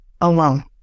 alone